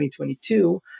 2022